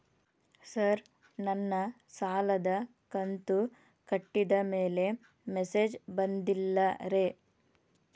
sir ನನ್ನ ಸಾಲದ ಕಂತು ಕಟ್ಟಿದಮೇಲೆ ಮೆಸೇಜ್ ಬಂದಿಲ್ಲ ರೇ